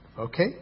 Okay